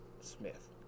Smith